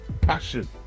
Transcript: passion